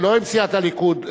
לא עם סיעת הליכוד.